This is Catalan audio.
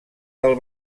del